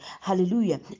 Hallelujah